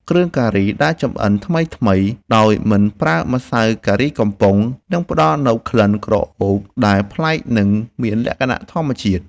គ្រឿងការីដែលចម្អិនថ្មីៗដោយមិនប្រើម្សៅការីកំប៉ុងនឹងផ្តល់នូវក្លិនក្រអូបដែលប្លែកនិងមានលក្ខណៈធម្មជាតិ។